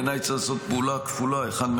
בעיניי צריך לעשות פעולה כפולה: אחד,